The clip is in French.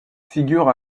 figure